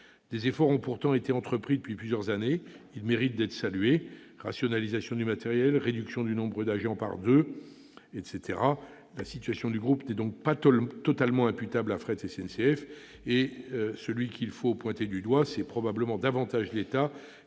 Des efforts ont pourtant été entrepris depuis plusieurs années. Ils méritent d'être salués : rationalisation du matériel, réduction du nombre d'agents de moitié, etc. La situation du groupe n'est donc pas totalement imputable à Fret SNCF. C'est l'État qui doit être pointé du doigt, et particulièrement- je regrette